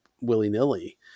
willy-nilly